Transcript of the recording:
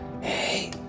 Hey